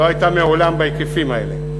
לא הייתה מעולם בהיקפים האלה.